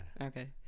Okay